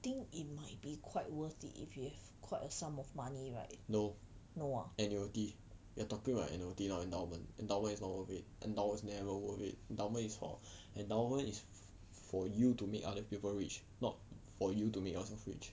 think it might be quite worthy it if you with quite a sum of money right no ah